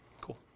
cool